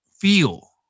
feel